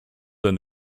than